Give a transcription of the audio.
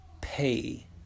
pay